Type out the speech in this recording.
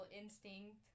instinct